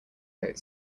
coat